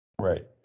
Right